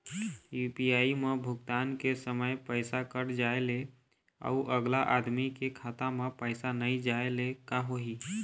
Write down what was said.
UPI म भुगतान के समय पैसा कट जाय ले, अउ अगला आदमी के खाता म पैसा नई जाय ले का होही?